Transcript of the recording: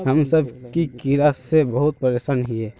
हम सब की कीड़ा से बहुत परेशान हिये?